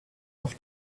auf